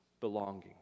Belonging